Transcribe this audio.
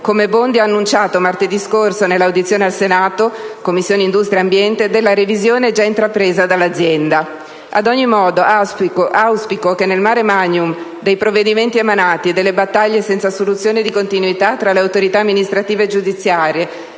come Bondi ha annunciato il 23 luglio scorso nell'audizione al Senato (dinanzi alle Commissioni riunite 10a e 13a), della revisione già intrapresa dall'azienda. Ad ogni modo, auspico che nel *mare magnum* dei provvedimenti emanati, delle battaglie senza soluzione di continuità tra le autorità amministrative e giudiziarie